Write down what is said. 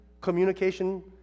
communication